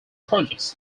projects